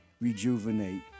rejuvenate